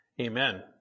Amen